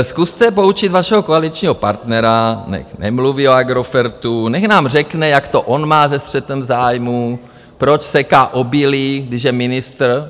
Zkuste poučit vašeho koaličního partnera, nechť nemluví o Agrofertu, nechť nám řekne, jak to on má se střetem zájmů, proč seká obilí, když je ministr.